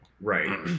right